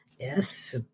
Yes